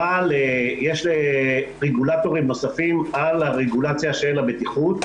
אבל יש רגולטורים נוספים על הרגולציה של הבטיחות,